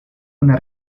una